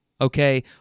okay